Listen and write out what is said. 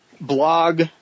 blog